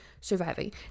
surviving